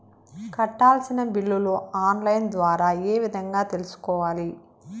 కట్టాల్సిన బిల్లులు online ద్వారా ఏ విధంగా తెలుసుకోవాలి?